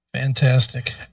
fantastic